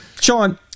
Sean